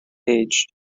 age